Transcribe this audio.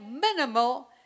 minimal